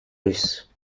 loose